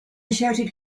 shouted